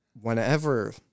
Whenever